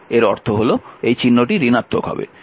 তাই এর অর্থ হল এই চিহ্নটি ঋণাত্মক হবে